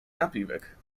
napiwek